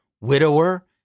widower